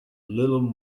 little